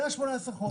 זה ה-18 חודש.